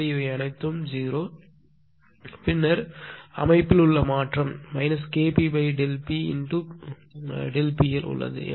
எனவே இவை அனைத்தும் 0 பின்னர் அமைப்பில் உள்ள மாற்றம் KpTp x PL உள்ளது